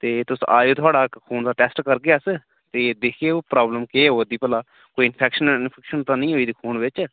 ते तुस आएओ थुआढ़ा खून दा टैस्ट करगे अस ते दिक्खगे ओह् प्राब्लम केह् आवै दी भला कोई इनफैक्शन इंफुक्शन ते निं होई दी खून बिच